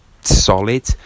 solid